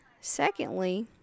Secondly